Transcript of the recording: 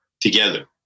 together